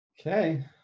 Okay